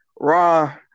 Raw